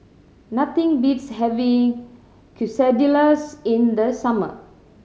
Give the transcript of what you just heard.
nothing beats having Quesadillas in the summer